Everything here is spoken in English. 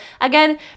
again